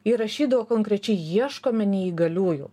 įrašydavo konkrečiai ieškome neįgaliųjų